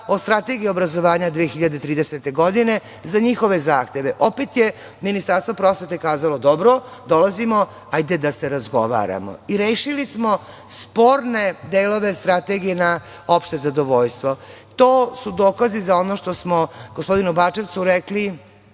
o Strategiji obrazovanja 2030. godine za njihove zahteve. Opet je Ministarstvo prosvete kazalo – dobro, dolazimo, hajde da razgovaramo. Rešili smo sporne delove strategije na opšte zadovoljstvo. To su dokazi za ono što smo gospodinu Bačevcu rekli